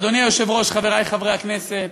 אדוני היושב-ראש, חברי חברי הכנסת,